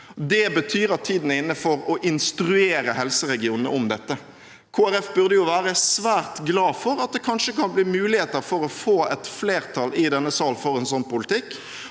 Det betyr at tiden er inne for å instruere helseregionene om dette. Kristelig Folkeparti burde vært svært glad for at det kanskje kan bli muligheter for å få et flertall i denne sal for en sånn politikk